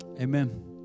amen